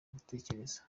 gutekereza